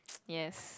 yes